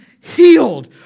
healed